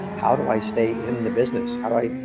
how do i stay in the business? how do i,